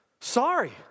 Sorry